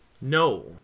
No